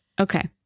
Okay